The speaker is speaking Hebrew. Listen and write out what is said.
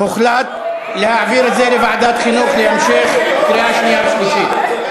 הוחלט להעביר את זה לוועדת חינוך להכנה לקריאה שנייה ושלישית.